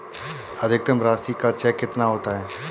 अधिकतम राशि का चेक कितना होता है?